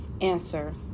answer